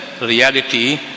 reality